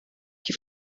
que